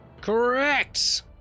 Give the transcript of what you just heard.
Correct